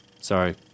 Sorry